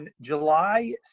July